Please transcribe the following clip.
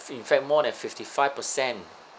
in fact more than fifty five percent